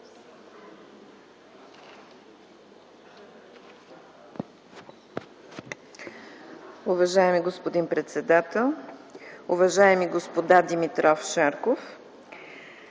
Уважаеми господин председател, уважаеми господа Димитров и Шарков!